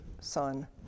Son